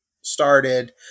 started